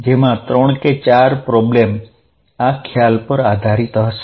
જેમાં ત્રણ કે ચાર પ્રોબ્લેમ આ કન્સેપ્ટ્સ પર આધારીત હશે